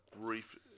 brief